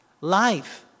Life